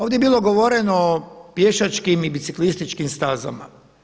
Ovdje je bilo govoreno o pješačkim i biciklističkim stazama.